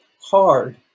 hard